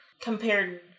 compared